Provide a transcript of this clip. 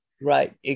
Right